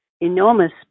enormous